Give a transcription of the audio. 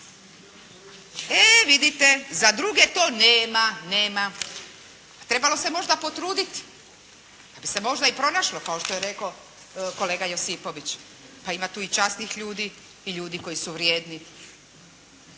E, vidite, za druge to nema, nema. Trebalo se možda potruditi, da bi se možda i pronašlo, kao što je rekao kolega Josipović. Pa ima tu i časnih ljudi i ljudi koji su vrijedni.